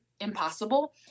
impossible